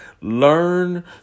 learn